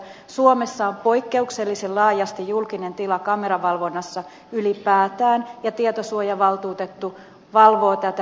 suomessa on poikkeuksellisen laajasti julkinen tila kameravalvonnassa ylipäätään ja tietosuojavaltuutettu valvoo tätä toimintaa